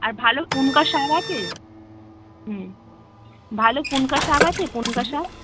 আর ভালো পুনকা শাক আছে হুম ভালো পুনকা শাক আছে পুনকা শাক